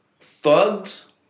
thugs